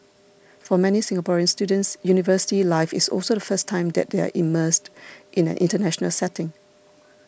for many Singaporean students university life is also the first time that they are immersed in an international setting